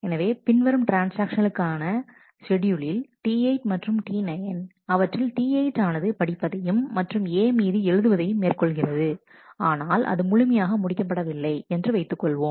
எனவே பின்வரும் ட்ரான்ஸ்ஆக்ஷன்களுக்கான ஷெட்யூலில் T8 மற்றும் T9 அவற்றில் T8 ஆனது படிப்பதையும் மற்றும் A மீது எழுதுவதையும் மேற்கொள்கிறது ஆனால் அது முழுமையாக முடிக்கப்படவில்லை என்று வைத்துக்கொள்வோம்